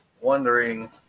wondering